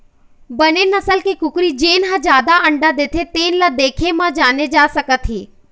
बने नसल के कुकरी जेन ह जादा अंडा देथे तेन ल देखे म जाने जा सकत हे